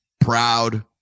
proud